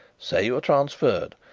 say you are transferred.